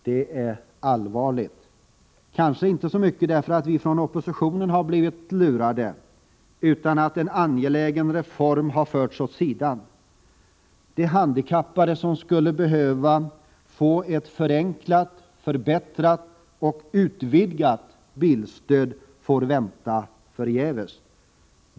Detta är allvarligt — kanske inte så mycket för att vi från oppositionen har blivit lurade, utan för att en angelägen reform har förts åt sidan. De handikappade som skulle behöva få ett förenklat, förbättrat och utvidgat bilstöd får vänta förgäves.